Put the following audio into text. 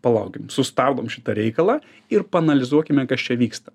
palaukim sustabdom šitą reikalą ir paanalizuokime kas čia vyksta